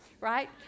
Right